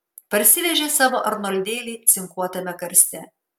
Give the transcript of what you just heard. parsivežė savo arnoldėlį cinkuotame karste